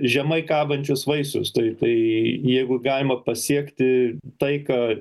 žemai kabančius vaisius tai tai jeigu galima pasiekti taiką